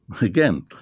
again